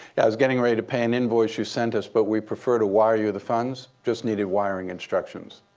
yeah, i was getting ready to pay an invoice you sent us. but we prefer to wire you the funds. just needed wiring instructions.